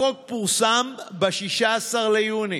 החוק פורסם ב-16 ביוני,